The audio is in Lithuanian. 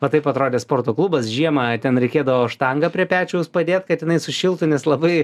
vat taip atrodė sporto klubas žiemą ten reikėdavo štangą prie pečiaus padėt kad inai sušiltų nes labai